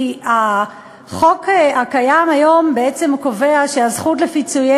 כי החוק הקיים היום בעצם קובע שהזכות לפיצויי